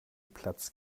platzt